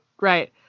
right